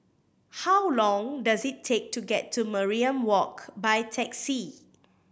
how long does it take to get to Mariam Walk by taxi